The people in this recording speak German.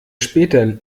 später